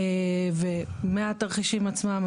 ומה התרחישים עצמם,